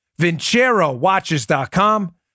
VinceroWatches.com